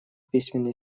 письменный